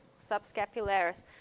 subscapularis